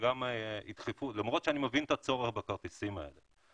שגם אותם ידחפו למרות שאני מבין את הצורך בכרטיסים האלה.